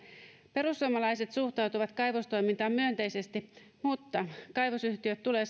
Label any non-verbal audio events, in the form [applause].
perussuomalaiset suhtautuvat kaivostoimintaan myönteisesti mutta kaivosyhtiöt tulee [unintelligible]